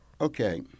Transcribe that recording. Okay